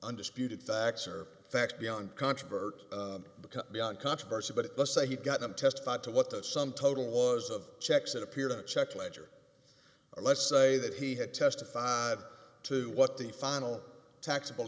undisputed facts are facts beyond controvert become beyond controversy but let's say he got them testified to what the sum total was of checks that appeared in a check ledger or let's say that he had testified to what the final taxable